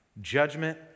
judgment